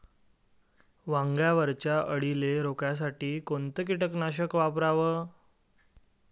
वांग्यावरच्या अळीले रोकासाठी कोनतं कीटकनाशक वापराव?